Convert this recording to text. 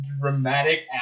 dramatic